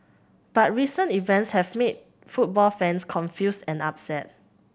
but recent events have made football fans confused and upset